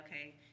okay